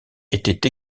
était